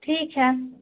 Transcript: ٹھیک ہے